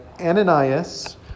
Ananias